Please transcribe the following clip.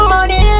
Money